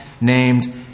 named